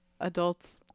adults